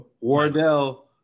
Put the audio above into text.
Wardell